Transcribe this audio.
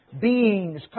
beings